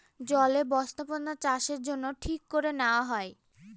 জলে বস্থাপনাচাষের জন্য ঠিক করে নেওয়া হয়